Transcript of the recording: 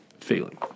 feeling